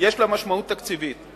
יש לה משמעות תקציבית?